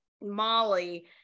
Molly